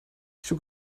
zoek